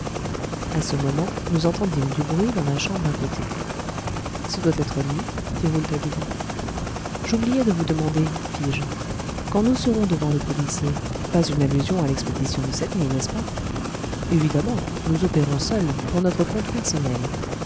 à ce moment nous entendîmes du bruit dans la chambre à côté ce doit être lui dit rouletabille j'oubliais de vous demander fis-je quand nous serons devant le policier pas une allusion à l'expédition de cette nuit n'est-ce pas évidemment nous opérons seuls pour notre compte personnel